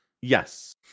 Yes